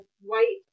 white